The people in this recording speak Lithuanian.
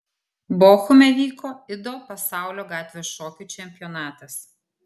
bochume vyko ido pasaulio gatvės šokių čempionatas